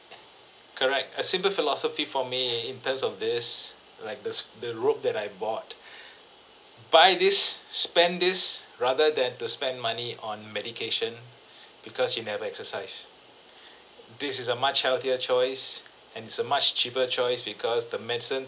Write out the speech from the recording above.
correct a simple philosophy for me in terms of this like the s~ the rope that I bought buy this spend this rather than to spend money on medication because you never exercise this is a much healthier choice and it's a much cheaper choice because the medicine